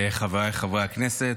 חבריי חברי הכנסת,